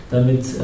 damit